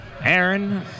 Aaron